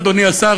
אדוני השר,